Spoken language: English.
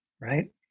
Right